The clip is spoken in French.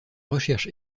recherche